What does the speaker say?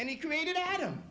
and he created adam